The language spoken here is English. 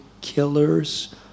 killers